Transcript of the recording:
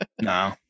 No